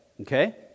okay